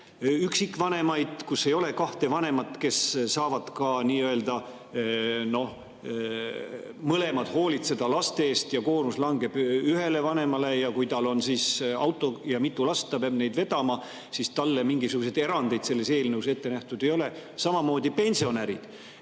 üksikvanemaga [peresid], kus ei ole kahte vanemat, kes saavad mõlemad hoolitseda laste eest, koormus langeb ühele vanemale. Kui tal on auto ja mitu last, ta peab neid vedama, siis talle mingisuguseid erandeid selles eelnõus ette nähtud ei ole. Samamoodi pensionärid,